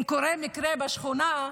אם קורה מקרה בשכונה,